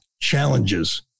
challenges